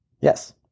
Yes